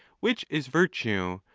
which is virtue,